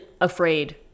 afraid